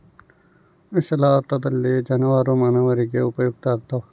ವಿಶಾಲಾರ್ಥದಲ್ಲಿ ಜಾನುವಾರು ಮಾನವರಿಗೆ ಉಪಯುಕ್ತ ಆಗ್ತಾವ